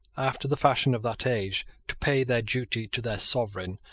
after the fashion of that age, to pay their duty to their sovereign,